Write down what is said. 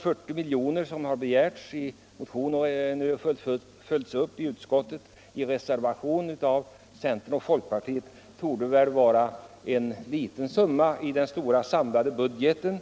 De 40 miljoner som begärts i en motion — som följs upp i reservationen av centern och folkpartiet — är en liten summa i den samlade budgeten.